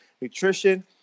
nutrition